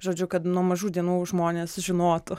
žodžiu kad nuo mažų dienų žmonės žinotų